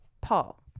Paul